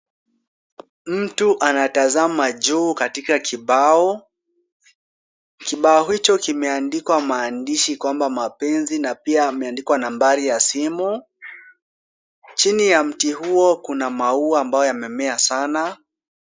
Mtu anatazama juu katika kibao. Kibao hicho kimeandikwa maandishi kwamba mapenzi na pia ameandikwa nambari ya simu. Chini ya mti huo kuna maua ambayo yamemea sana.